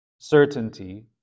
certainty